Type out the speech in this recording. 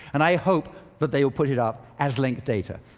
and i hope that they will put it up as linked data.